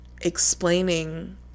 explaining